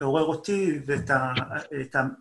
‫מעורר אותי, ואת ה... את ה...